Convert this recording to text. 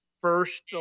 first